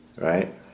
Right